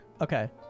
Okay